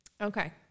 Okay